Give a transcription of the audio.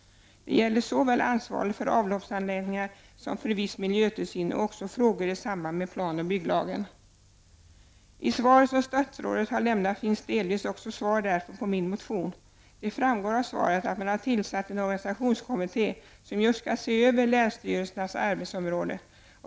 Det gäller såväl ansvaret för avloppsanläggningar som för viss miljötillsyn och också frågor i samband med planoch bygglagen. I det svar som statsrådet har lämnat finns det delvis också svar på min motion. Det framgår att man har tillsatt en organisationskommitté, som skall se över just länsstyrelsernas arbetsområden.